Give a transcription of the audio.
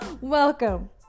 Welcome